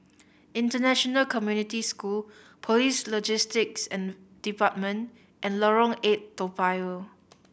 International Community School Police Logistics Department and Lorong Eight Toa Payoh